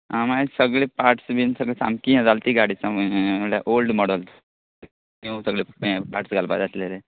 आ माय सगले पार्ट्स बीन सगळे सामकी हें जाल ती गाडी सम म्हळ्ळ्या ओल्ड मॉडल न्यू सगले हे पार्ट्स घालपा जाय आसलेले